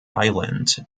island